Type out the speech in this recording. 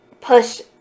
push